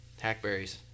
hackberries